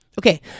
Okay